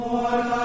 Lord